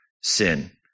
sin